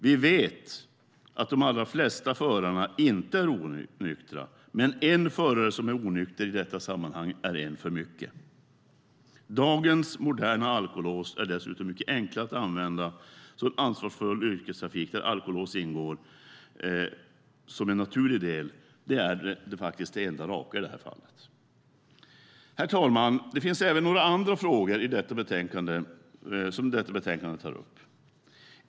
Vi vet att de allra flesta förare inte är onyktra, men en förare som är onykter i detta sammanhang är en för mycket. Dagens moderna alkolås är dessutom mycket enkla att använda, så en ansvarsfull yrkestrafik där alkolås ingår som en naturlig del är det enda raka i det här fallet. Herr talman! Det finns även några andra frågor som detta betänkande tar upp.